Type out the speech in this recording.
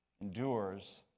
endures